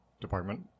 department